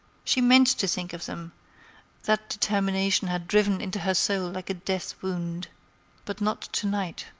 she meant to think of them that determination had driven into her soul like a death wound but not to-night.